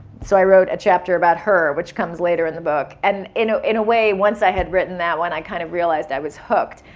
so, i wrote a chapter about her, which comes later the book. and in ah in a way, once i had written that one, i kind of realized i was hooked.